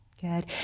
Good